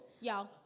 Y'all